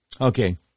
Okay